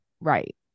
right